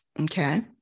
Okay